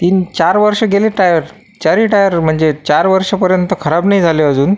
तीन चार वर्ष गेले टायर चारी टायर म्हणजे चार वर्षपर्यंत खराब नाही झाले अजून